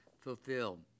fulfilled